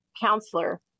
counselor